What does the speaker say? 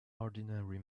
ordinary